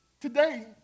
Today